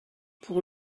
pour